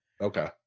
Okay